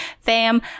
Fam